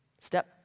step